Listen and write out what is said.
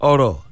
Oro